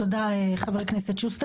תודה, חבר הכנסת שוסטר.